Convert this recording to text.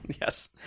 yes